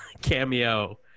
cameo